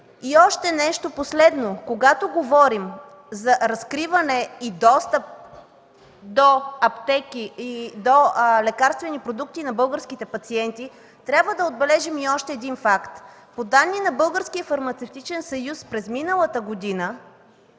И още нещо, последно – когато говорим за разкриване и достъп до аптеки и до лекарствени продукти на българските пациенти, трябва да отбележим и още един факт. По данни на Българския фармацевтичен съюз през миналата година